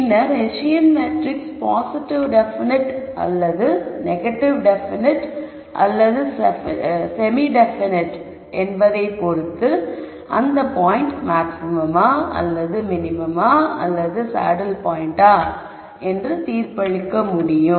பின்னர் Hessian matrix positive definite அல்லது negative definite அல்லது செமி டெபினிட் என்பதைப் பொருத்து மாக்ஸிமம் அல்லது மினிமம் அல்லது சேனம் பாயின்ட்டா என்று தீர்ப்பளிக்க முடியும்